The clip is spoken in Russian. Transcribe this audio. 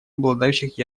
обладающих